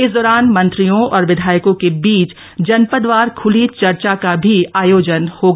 इस दौरान मंत्रियों और विधायकों के बीच जनपदवार खुली चर्चा का भी आयोजन होगा